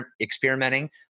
experimenting